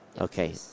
Okay